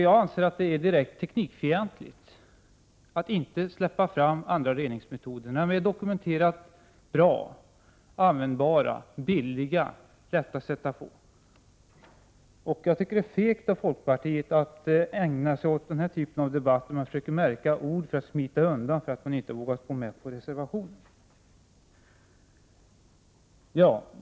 Jag anser att det är direkt teknikfientligt att inte släppa fram andra reningsmetoder, när de är dokumenterat bra, användbara, billiga och lätta att använda på bilar. Det är fegt av folkpartiet att ägna sig åt denna typ av debatt, där man märker ord och smiter undan därför att man inte har vågat gå med på reservationen.